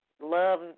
love